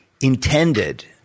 intended